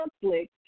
conflict